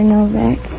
Novak